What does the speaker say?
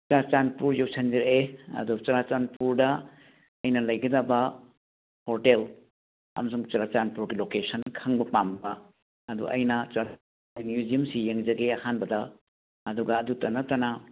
ꯆꯨꯔꯥꯆꯥꯟꯄꯨꯔ ꯌꯧꯁꯤꯟꯖꯔꯛꯑꯦ ꯑꯗꯣ ꯆꯨꯔꯥꯆꯥꯟꯄꯨꯔꯗ ꯑꯩꯅ ꯂꯩꯒꯗꯕ ꯍꯣꯇꯦꯜ ꯑꯃꯁꯨꯡ ꯆꯨꯔꯥꯆꯥꯟꯄꯨꯔꯒꯤ ꯂꯣꯀꯦꯁꯟ ꯈꯪꯕ ꯄꯥꯝꯕ ꯑꯗꯨ ꯑꯩꯅ ꯆꯨꯔꯆꯥꯟꯄꯨꯔꯒꯤ ꯃꯤꯎꯖꯤꯌꯝꯁꯤ ꯌꯦꯡꯖꯒꯦ ꯑꯍꯥꯟꯕꯗ ꯑꯗꯨꯒ ꯑꯗꯨꯇ ꯅꯠꯇꯅ